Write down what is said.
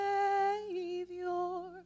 Savior